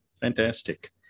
Fantastic